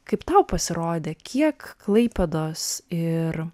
kaip tau pasirodė kiek klaipėdos ir